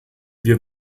wir